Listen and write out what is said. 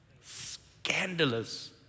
Scandalous